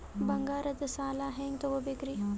ಬಂಗಾರದ್ ಸಾಲ ಹೆಂಗ್ ತಗೊಬೇಕ್ರಿ?